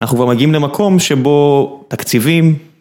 אנחנו כבר מגיעים למקום שבו תקציבים.